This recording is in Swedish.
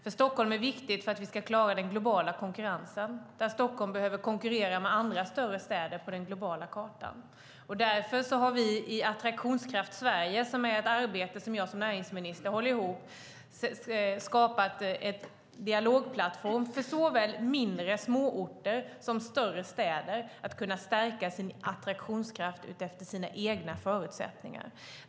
Stockholm är viktigt för att vi ska klara den globala konkurrensen, där Stockholm behöver konkurrera med andra större städer på den globala kartan. Därför har vi i Attraktionskraft Sverige, som är ett arbete som jag som näringsminister håller ihop, skapat en dialogplattform för såväl mindre småorter som större städer för att de ska kunna stärka sin attraktionskraft utefter sina egna förutsättningar.